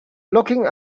looking